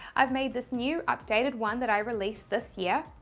i've made this new updated one that i released this year.